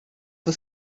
for